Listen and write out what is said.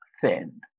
thin